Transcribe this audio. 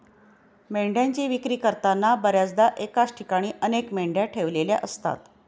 मेंढ्यांची विक्री करताना बर्याचदा एकाच ठिकाणी अनेक मेंढ्या ठेवलेल्या असतात